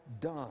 done